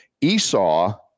Esau